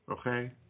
Okay